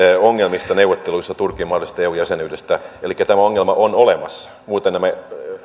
ongelmista neuvotteluissa turkin mahdollisesta eu jäsenyydestä elikkä tämä ongelma on olemassa muuten nämä